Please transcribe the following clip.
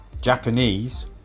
Japanese